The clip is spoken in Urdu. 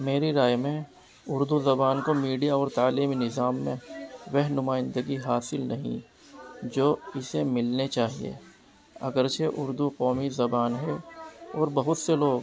میری رائے میں اردو زبان کو میڈیا اور تعلیمی نظام میں وہ نمائندگی حاصل نہیں جو اسے ملنے چاہیے اگرچہ اردو قومی زبان ہے اور بہت سے لوگ